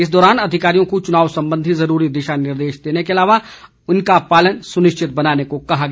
इस दौरान अधिकारियों को चुनाव संबंधी जरूरी दिशा निर्देश देने के अलावा इनका पालन सुनिश्चित बनाने को कहा गया